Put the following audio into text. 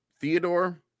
Theodore